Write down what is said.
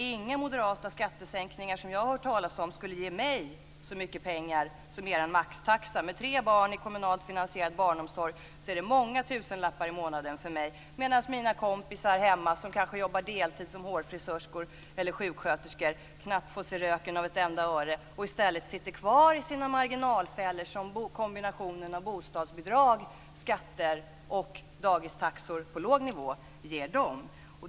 Inga moderata skattesänkningar som jag har hört talas om skulle ge mig så mycket pengar som er maxtaxa. Med tre barn i kommunalt finansierad barnomsorg innebär det här många tusenlappar i månaden för mig, medan mina kompisar hemma som kanske jobbar deltid som hårfrisörskor eller sjuksköterskor knappt får se röken av ett enda öre. De sitter i stället kvar i sina marginalfällor som kombinationen av bostadsbidrag, skatter och dagistaxor på låg nivå ger dem.